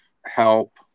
help